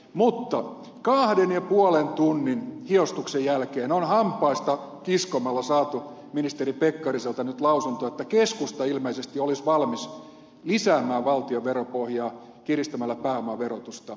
mutta kahden ja puolen tunnin hiostuksen jälkeen on hampaista kiskomalla saatu ministeri pekkariselta nyt lausunto että keskusta ilmeisesti olisi valmis lisäämään valtion veropohjaa kiristämällä pääomaverotusta